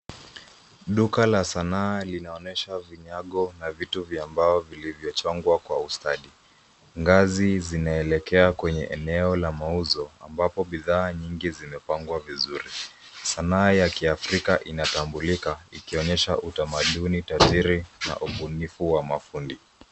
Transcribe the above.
Duka la sanaa linaonyesha vinyago na vitu vya mbao vilivyochongwa kwa ustadi. Ngazi zinaelekea kwenye eneo la mauzo ambapo bidhaaa nyingi zimepangwa vizuri. Sanaa ya kiafrika inatambulika ikionyesha utamaduni, utajiri na ubunifu wa mafundi.